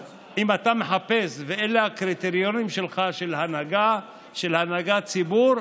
אם אתה מחפש ואלה הקריטריונים שלך להנהגת ציבור,